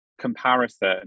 comparison